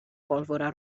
pólvora